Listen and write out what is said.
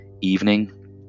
evening